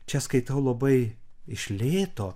čia skaitau labai iš lėto